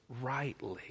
rightly